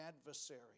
adversary